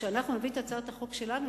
כשאנחנו נביא את הצעת החוק שלנו,